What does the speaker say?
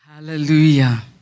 Hallelujah